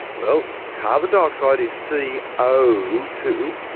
well carbon dioxide is c o two,